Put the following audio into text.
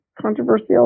controversial